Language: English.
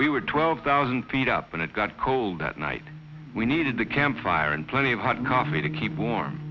we were twelve thousand feet up and it got cold that night we needed the camp fire and plenty of hot coffee to keep warm